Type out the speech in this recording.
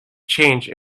change